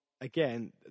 Again